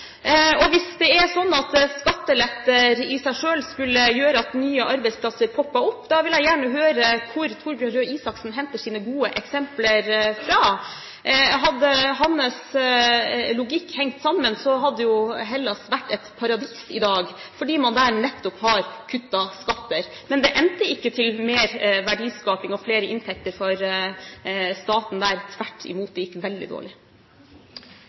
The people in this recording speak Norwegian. II-regjeringen. Hvis det er slik at skattelette i seg selv skulle gjøre at nye arbeidsplasser poppet opp, vil jeg gjerne høre hvor Torbjørn Røe Isaksen henter sine gode eksempler fra. Hadde hans logikk hengt sammen, så hadde Hellas vært et paradis i dag fordi man der nettopp har kuttet skatter. Men det endte ikke i mer verdiskaping og i flere inntekter for staten der – tvert imot, det gikk veldig dårlig.